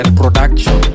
production